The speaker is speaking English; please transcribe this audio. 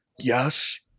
Yes